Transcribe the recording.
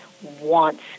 wants